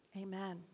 Amen